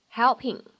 helping